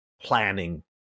planning